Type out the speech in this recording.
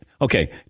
Okay